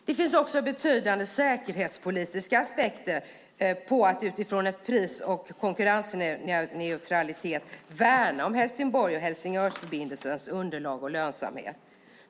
Det finns också betydande säkerhetspolitiska aspekter på att utifrån pris och konkurrensneutralitet värna om Helsingborg-Helsingörsförbindelsens underlag och verksamhet.